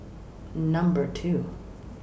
Number two